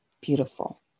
beautiful